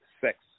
sex